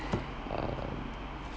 um